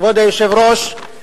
כבוד היושב-ראש,